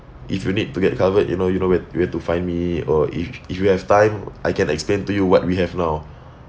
if you need to get covered you know you know where where to find me or if if you have time I can explain to you what we have now